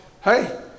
hey